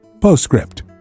Postscript